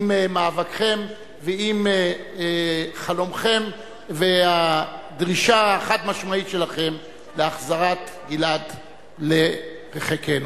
עם מאבקכם ועם חלומכם והדרישה החד-משמעית שלכם להחזרת גלעד לחיקנו.